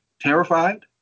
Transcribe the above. terrified